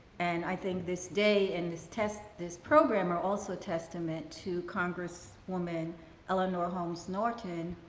and i think this day and this test this program are also testament to congresswoman eleanor holmes norton,